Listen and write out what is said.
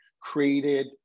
created